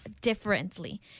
differently